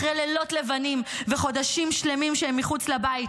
אחרי לילות לבנים וחודשים שלמים שהם מחוץ לבית.